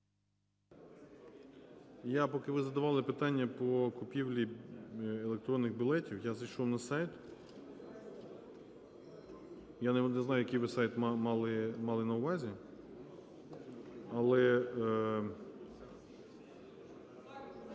Я, поки ви задавали питання по купівлі електронних білетів, я зайшов на сайт. Я не знаю, який ви сайт мали на увазі, але…